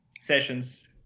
sessions